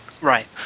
Right